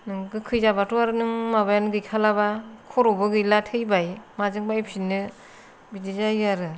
नों गोखै जाबाथ' नों माबायानो गैखालाबा खर' बो गैला थैबाय माजों बायफिननो बिदि जायो आरो